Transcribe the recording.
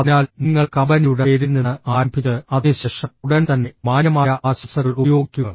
അതിനാൽ നിങ്ങൾ കമ്പനിയുടെ പേരിൽ നിന്ന് ആരംഭിച്ച് അതിനുശേഷം ഉടൻ തന്നെ മാന്യമായ ആശംസകൾ ഉപയോഗിക്കുക